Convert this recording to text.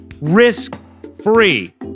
risk-free